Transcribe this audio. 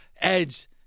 Edge